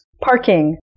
parking